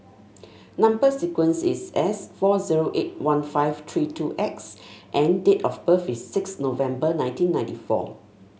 number sequence is S four zero eight one five three two X and date of birth is six November nineteen ninety four